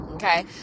Okay